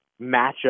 matchup